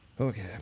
Okay